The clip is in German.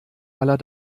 aller